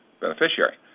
beneficiary